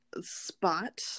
spot